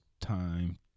time